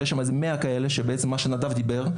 יש שם מאה כאלה, ועליהם דיבר נדב.